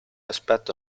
aspetto